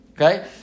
Okay